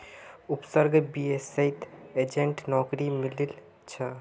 उपसर्गक बीएसईत एजेंटेर नौकरी मिलील छ